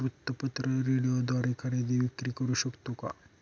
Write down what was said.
वृत्तपत्र, रेडिओद्वारे खरेदी विक्री करु शकतो का?